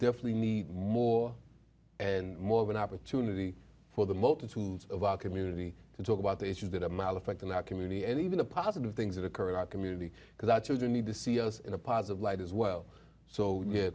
definitely need more and more of an opportunity for the multitude of aa community to talk about the issues that i'm out affect in our community and even the positive things that occur in our community because our children need to see us in a positive light as well so